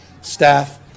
staff